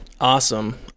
Awesome